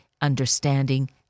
understanding